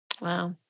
Wow